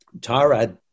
Tara